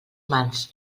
mans